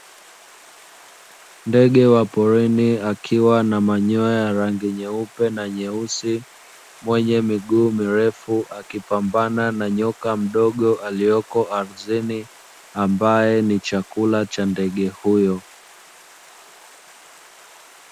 Ndege wa porini akiwa na manyoya rangi nyeupe na nyeusi mwenye miguu mirefu akipambana na nyoka mdogo alioko ardhini ambaye ni chakula cha ndege huyo.